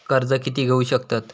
कर्ज कीती घेऊ शकतत?